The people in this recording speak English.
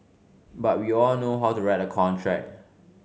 but we all know how to write a contract